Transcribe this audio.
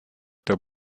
der